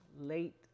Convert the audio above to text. late